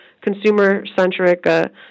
consumer-centric